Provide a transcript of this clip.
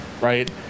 Right